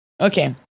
Okay